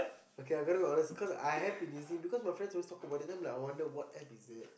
okay I've heard about this cause I happen to see because my friends always talk about it then I'm wonder what App is it